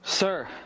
Sir